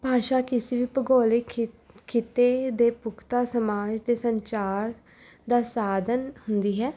ਭਾਸ਼ਾ ਕਿਸੇ ਵੀ ਭੂਗੋਲਿਕ ਖਿੱਤ ਖਿੱਤੇ ਦੇ ਪੁਖਤਾ ਸਮਾਜ 'ਤੇ ਸੰਚਾਰ ਦਾ ਸਾਧਨ ਹੁੰਦੀ ਹੈ